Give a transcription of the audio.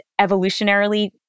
evolutionarily